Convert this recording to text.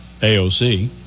AOC